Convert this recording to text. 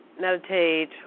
meditate